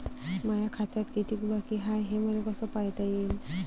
माया खात्यात कितीक बाकी हाय, हे मले कस पायता येईन?